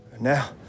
Now